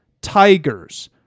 Tigers